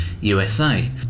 USA